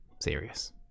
serious